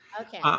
Okay